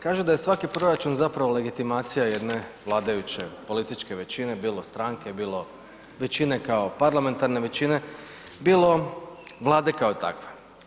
Kaže da je svaki proračun zapravo legitimacija jedne vladajuće političke veličine, bilo stranke, bilo većine kao parlamentarne većine, bilo Vlade kao takve.